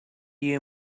you